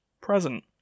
present